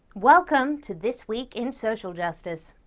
welcome to this week in social justice.